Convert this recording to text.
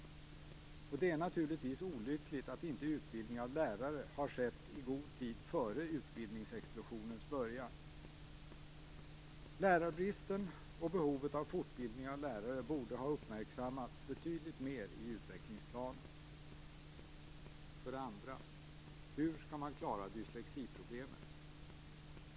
Det är naturligtvis olyckligt att inte utbildning av lärare har skett i god tid före utbildningsexplosionens början. Lärarbristen och behovet av fortbildning av lärare borde ha uppmärksammats betydligt mer i utvecklingsplanen.